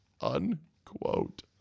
unquote